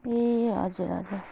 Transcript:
ए हजुर हजुर